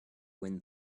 when